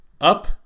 up